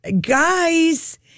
guys